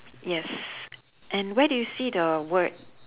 yes and where do you see the word